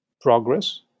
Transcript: progress